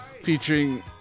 featuring